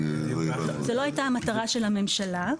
זו לא הייתה המטרה של הממשלה.